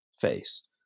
face